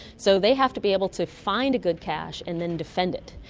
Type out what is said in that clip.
so they have to be able to find a good cache and then defend it.